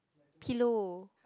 pillow